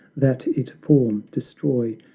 that it form, destroy,